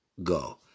go